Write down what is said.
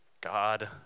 God